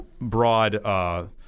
broad –